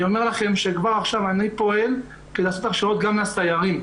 אני אומר לכם שכבר עכשיו אני פועל כדי לעשות הכשרות גם לסיירים.